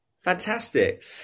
Fantastic